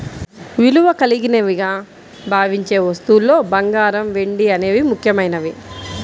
విలువ కలిగినవిగా భావించే వస్తువుల్లో బంగారం, వెండి అనేవి ముఖ్యమైనవి